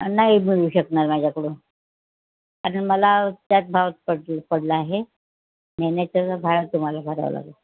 नाही मिळू शकणार माझ्याकडून अजून मला त्यात भाव पड पडला आहे नाही नाहीतर बाहेर तुम्हाला भरावं लागंल